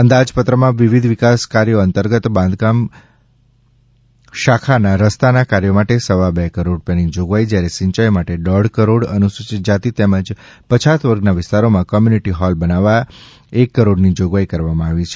અંદાજપત્રમાં વિવિધ વિકાસ કાર્યો અંતર્ગત બાંધકામ શાળાના રસ્તાના કાર્યો માટે સવા બે કરોડ રૂપિયાની જોગવાઈ જ્યારે સિંયાઈ માટે દોડ કરોડ અનુસૂચિત જાતિ તેમજ પછાત વર્ગના વિસ્તારોમાં કોમ્યુનિટી હોલ બનાવવા એક કરોડની જોગવાઈ કરવામાં આવી છે